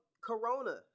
Corona